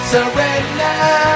Surrender